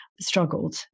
struggled